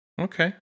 Okay